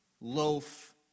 loaf